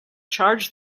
charge